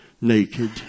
naked